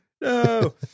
No